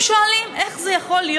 זה יכול להיות